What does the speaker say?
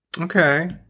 Okay